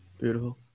Beautiful